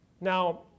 Now